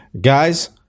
guys